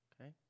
okay